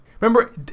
Remember